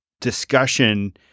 discussion